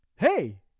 Hey